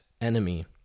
enemy